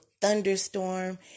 thunderstorm